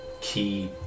key